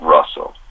Russell